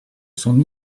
son